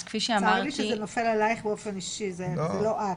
צר לי שזה נופל עלייך באופן אישי, זה לא את.